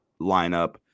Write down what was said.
lineup